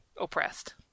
oppressed